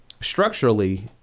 structurally